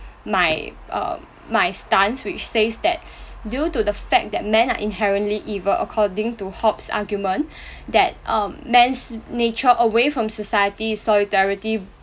my um my stance which says that due to the fact that men are inherently evil according to hobbes' argument that uh men's nature away from society solidarity